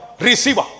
receiver